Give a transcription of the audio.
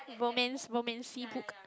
romance romancey book